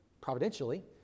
providentially